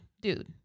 dude